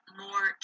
more